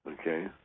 okay